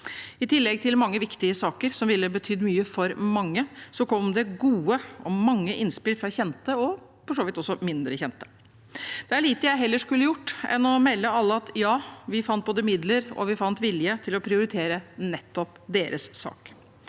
at det var mange viktige saker som ville ha betydd mye for mange, kom det gode og mange innspill fra kjente og for så vidt også mindre kjente. Det er lite jeg heller skulle ha gjort enn å melde til alle at ja, vi fant både midler og vilje til å prioritere nettopp deres sak.